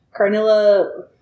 Carnilla